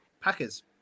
Packers